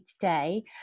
today